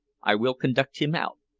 i will conduct him out.